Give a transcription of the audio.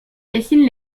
dessine